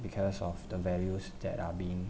because of the values that are being